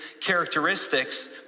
characteristics